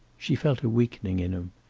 she felt a weakening in him,